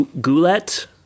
Goulet